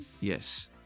Yes